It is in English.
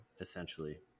essentially